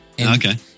Okay